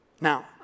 Now